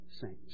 saints